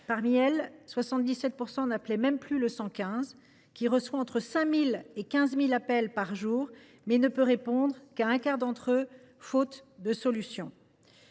Parmi elles, 77 % n’appelaient même plus le 115. Ce numéro reçoit entre 5 000 et 15 000 appels par jour, mais ne peut répondre qu’à un quart d’entre eux, faute de solution